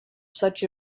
such